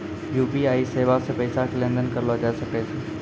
UPI सेबा से पैसा के लेन देन करलो जाय सकै छै